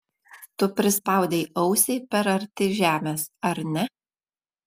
tu prispaudei ausį per arti žemės ar ne